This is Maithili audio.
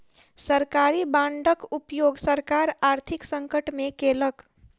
सरकारी बांडक उपयोग सरकार आर्थिक संकट में केलक